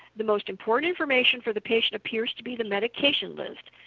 the most important information for the patient appears to be the medication list,